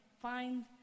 find